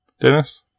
Dennis